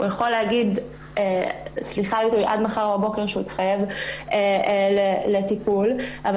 הוא יכול לומר שהוא מתחייב לטיפול אבל